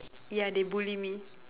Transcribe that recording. ya they bully me